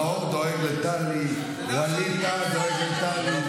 נאור דואג לטלי, ווליד טאהא דואג לטלי.